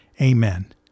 Amen